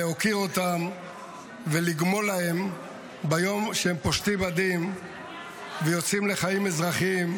להוקיר אותם ולגמול להם ביום שהם פושטים מדים ויוצאים לחיים אזרחיים,